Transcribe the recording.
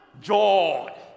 joy